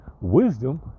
wisdom